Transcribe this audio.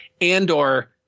Andor